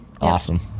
Awesome